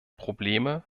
probleme